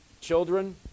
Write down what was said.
children